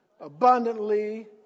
abundantly